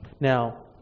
Now